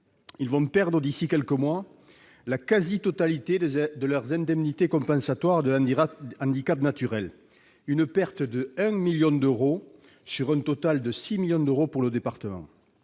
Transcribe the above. Ils vont perdre d'ici à quelques mois la quasi-totalité de leurs indemnités compensatoires de handicaps naturels, les ICHN, une perte de 1 million d'euros sur un total de 6 millions d'euros pour le département.